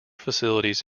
facilities